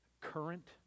current